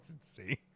see